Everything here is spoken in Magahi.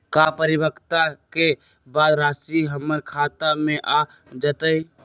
का परिपक्वता के बाद राशि हमर खाता में आ जतई?